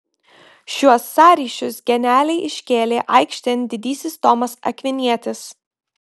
šiuos sąryšius genialiai iškėlė aikštėn didysis tomas akvinietis